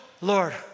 Lord